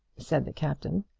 said the captain.